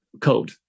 code